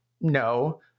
No